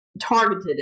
targeted